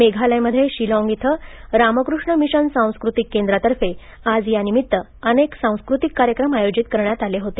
मेघालयमध्ये शिलाँग इथल्या रामकृष्ण मिशन सांस्कृतिक केंद्रातर्फे आज या निमित्त अनेक सांस्कृतिक कार्यक्रम आयोजित करण्यात आले होते